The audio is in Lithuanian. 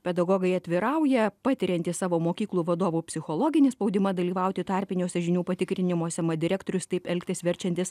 pedagogai atvirauja patiriantys savo mokyklų vadovų psichologinį spaudimą dalyvauti tarpiniuose žinių patikrinimuose mat direktorius taip elgtis verčiantis